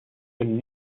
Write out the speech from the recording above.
een